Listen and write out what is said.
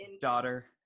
daughter